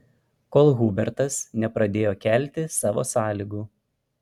kol hubertas nepradėjo kelti savo sąlygų